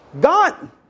God